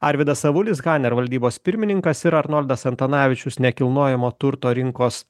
arvydas avulis hanner valdybos pirmininkas ir arnoldas antanavičius nekilnojamo turto rinkos